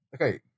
okay